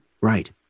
Right